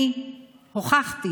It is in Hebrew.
אני הוכחתי